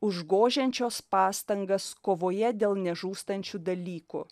užgožiančios pastangas kovoje dėl nežūstančių dalykų